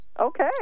Okay